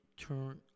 turn